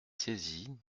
saisie